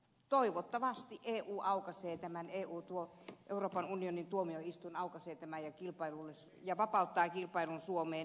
toivottavasti euroopan unionin tuomioistuin aukaisee tämän ja vapauttaa kilpailun suomeen